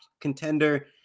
contender